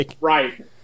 Right